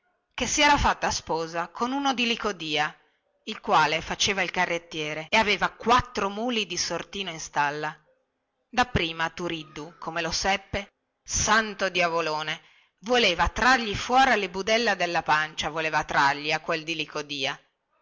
chè si era fatta sposa con uno di licodia il quale faceva il carrettiere e aveva quattro muli di sortino in stalla dapprima turiddu come lo seppe santo diavolone voleva trargli fuori le budella della pancia voleva trargli a quel di licodia